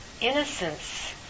innocence